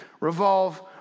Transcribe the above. revolve